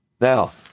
Now